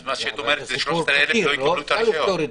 אז מה שאת אומרת זה ש-13,000 לא יקבלו את הרישיון.